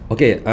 Okay